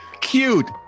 Cute